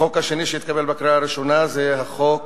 החוק השני שהתקבל בקריאה ראשונה זה החוק